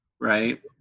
right